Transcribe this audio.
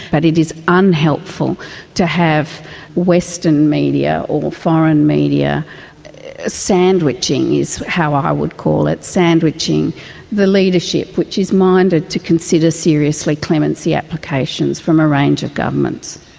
but it is unhelpful to have western media or foreign media sandwiching, is how i would call it, sandwiching the leadership which is minded to consider seriously clemency applications from a range of governments.